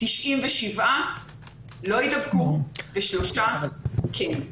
97 אחוזים לא יידבקו ושלושה אחוזים כן יידבקו.